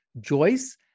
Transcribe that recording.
Joyce